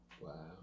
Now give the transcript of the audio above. Wow